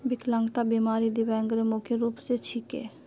विकलांगता बीमा दिव्यांगेर मुख्य रूप स छिके